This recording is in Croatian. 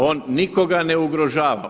On nikoga ne ugrožava.